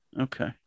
Okay